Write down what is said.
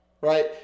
right